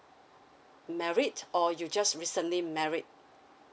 married or you just recently married